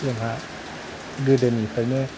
जोंहा गोदोनिफ्रायनो